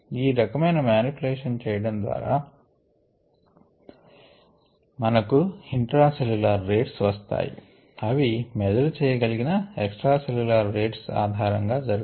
ఈ రకమైన మానిప్యులేషన్ చేయడం ద్వారా మనకు ఇంట్రా సెల్ల్యులర్ రేట్స్ వస్తాయి అవి మెజర్ చేయగలిగిన ఎక్స్ట్రా సెల్ల్యులర్ రేట్స్ ఆధారంగా జరుగును